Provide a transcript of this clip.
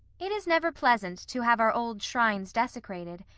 it is never pleasant to have our old shrines desecrated,